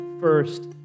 first